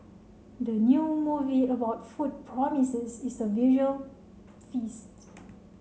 the new movie about food promises is a visual feast